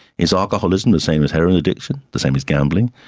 is alcoholism the same as heroin addiction, the same as gambling?